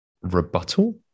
rebuttal